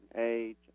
age